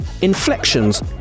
inflections